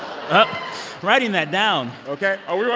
um writing that down ok? oh, we're